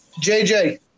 JJ